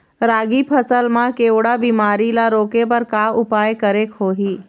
रागी फसल मा केवड़ा बीमारी ला रोके बर का उपाय करेक होही?